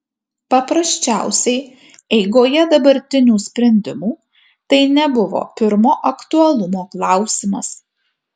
paprasčiausiai eigoje dabartinių sprendimų tai nebuvo pirmo aktualumo klausimas